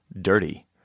dirty